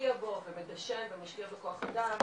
משקיע בו, ומדשן, ומשקיע בו כוח אדם,